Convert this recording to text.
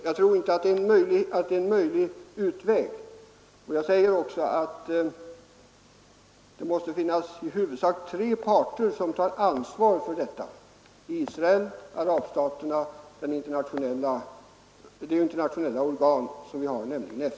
Jag tror inte att det är en möjlig utväg, och jag säger också att det måste finnas i huvudsak tre parter som tar ansvar för detta: Israel, arabstaterna och det internationella organ som vi har, nämligen FN.